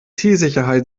sicherheit